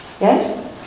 yes